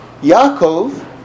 Yaakov